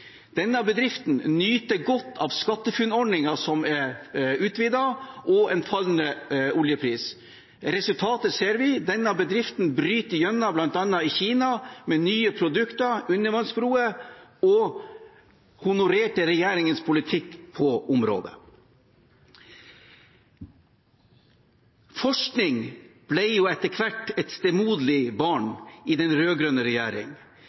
Denne bedriften nyter godt av SkatteFUNN-ordningen, som er utvidet, og en fallende oljepris. Resultatet ser vi: Denne bedriften bryter gjennom bl.a. i Kina med nye produkter, som undervannsbroer, og honorerer regjeringens politikk på området. Forskning ble etter hvert et